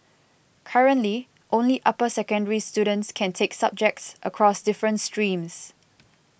currently only upper secondary students can take subjects across different streams